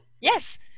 Yes